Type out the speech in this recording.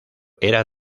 era